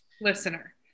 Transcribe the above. listener